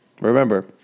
remember